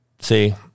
see